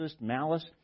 malice